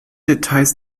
details